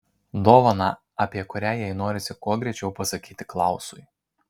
dovaną apie kurią jai norisi kuo greičiau pasakyti klausui